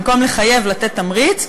במקום לחייב לתת תמריץ.